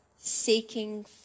seeking